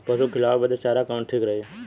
पशु के खिलावे बदे चारा कवन ठीक रही?